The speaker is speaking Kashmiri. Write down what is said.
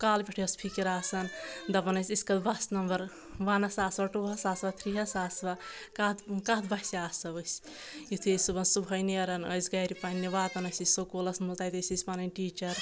کالہٕ پؠٹھٕے ٲسۍ فِکِر آسان دَپان ٲسۍ أسۍ کَتھ بَس نَمبَر وَنَس آسوَ ٹُوَس آسوَ تھرٛی ہَس آسوَ کَتھ کَتھ بَسہِ آسو أسۍ یِتھُے ٲسۍ صُبحَن صُبحٲے نیران ٲسۍ گرِ پَننہِ واتَن ٲسۍ أسۍ سکوٗلَس منٛز تَتہِ ٲسۍ أسۍ پَنٕنۍ ٹیٖچَر